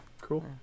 Cool